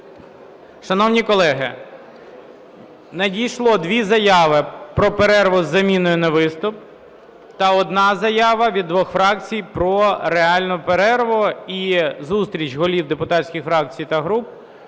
Шановні колеги, надійшло дві заяви про перерву із заміною на виступ та одна заява від двох фракцій про реальну перерву і зустріч голів депутатських фракцій та груп